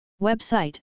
Website